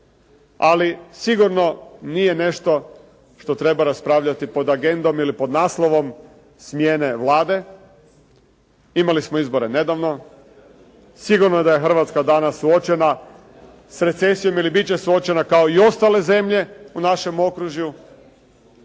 Ali sigurno nije nešto što treba raspravljati po agendom ili pod naslovom “Sjene Vlade“ Imali smo izbore nedavno, sigurno da je Hrvatska danas suočena s recesijom, ili biti će suočena kao i ostale zemlje u našem okružju